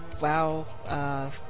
WoW